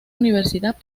universidad